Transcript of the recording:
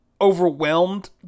overwhelmed